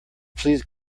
please